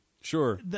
Sure